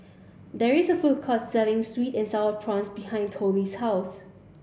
there is a food court selling sweet and sour prawns behind Tollie's house